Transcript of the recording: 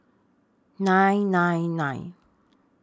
nine nine nine